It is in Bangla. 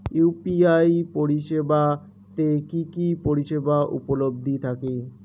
ইউ.পি.আই পরিষেবা তে কি কি পরিষেবা উপলব্ধি থাকে?